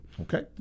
Okay